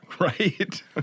right